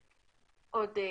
עכשיו,